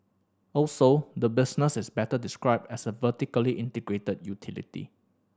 also the business is better described as a vertically integrated utility